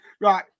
Right